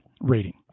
rating